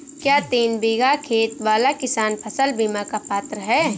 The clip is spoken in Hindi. क्या तीन बीघा खेत वाला किसान फसल बीमा का पात्र हैं?